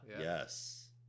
yes